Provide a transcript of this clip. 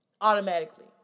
Automatically